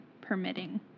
permitting